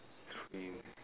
three new